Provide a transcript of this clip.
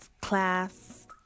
class